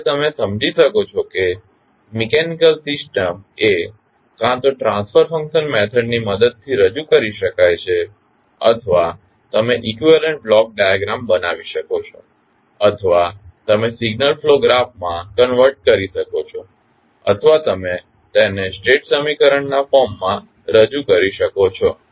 તેથી હવે તમે સમજી શકો છો કે મિકેનીકલ સિસ્ટમ એ કા તો ટ્રાંસ્ફર ફંકશન મેથડની મદદથી રજૂ કરી શકાય છે અથવા તમે ઇકવીવેલન્ટ બ્લોક ડાયાગ્રામ બનાવી શકો છો અથવા તમે સિગ્નલ ફ્લો ગ્રાફમાં કન્વર્ટ કરી શકો છો અથવા તમે તેને સ્ટેટ સમીકરણના ફોર્મ માં રજૂ કરી શકો છો